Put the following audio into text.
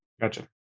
Gotcha